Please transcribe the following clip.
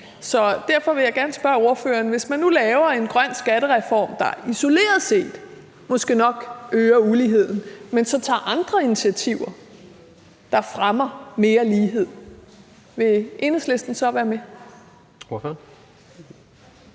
Så derfor vil jeg gerne spørge ordføreren: Hvis man nu laver en grøn skattereform, der isoleret set måske nok øger uligheden, men så tager andre initiativer, der fremmer mere lighed, vil Enhedslisten så være med? Kl.